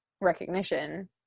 recognition